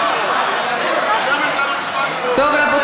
מה שרשום על המסך זה לא מה שאני הקראתי, רבותי.